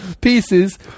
pieces